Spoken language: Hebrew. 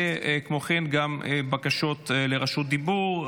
וכן בקשות לרשות דיבור,